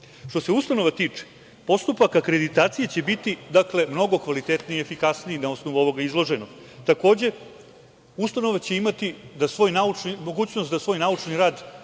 se ustanova time, postupak akreditacije će biti mnogo kvalitetniji i efikasniji na osnovu ovog izloženog. Takođe, ustanove će imati mogućnost da svoj naučni rad